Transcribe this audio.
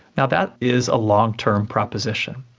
and that is a long-term proposition.